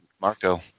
Marco